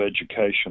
education